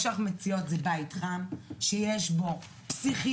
מה שאנחנו מציעות הוא בית חם שיש בו פסיכיאטר.